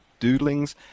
doodlings